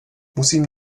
musím